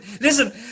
listen